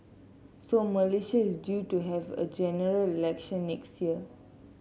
so Malaysia is due to have a General Election next year